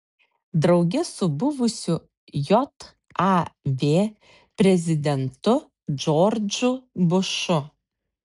drauge su buvusiu jav prezidentu džordžu bušu